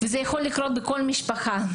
זה יכול לקרות בכל משפחה.